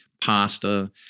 pasta